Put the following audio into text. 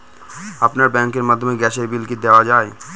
আপনার ব্যাংকের মাধ্যমে গ্যাসের বিল কি দেওয়া য়ায়?